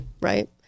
right